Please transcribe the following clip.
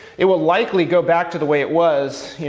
it will likely go back to the way it was,